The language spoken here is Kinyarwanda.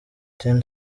ten